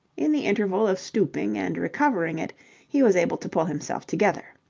in the interval of stooping and recovering it he was able to pull himself together.